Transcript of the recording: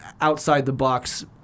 outside-the-box